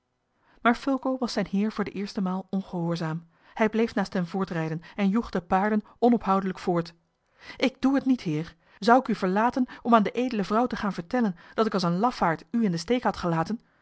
maar fulco was zijn heer voor de eerste maal ongehoorzaam hij bleef naast hem voortrijden en joeg de paarden onophoudelijk voort ik doe het niet heer zou ik u verlaten om aan de edele vrouwe te gaan vertellen dat ik als een lafaard u in den steek had gelaten